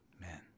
Man